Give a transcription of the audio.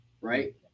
right